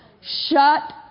Shut